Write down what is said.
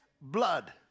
blood